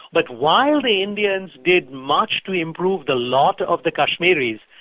but while the indians did much to improve the lot of the kashmiris,